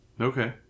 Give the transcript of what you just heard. Okay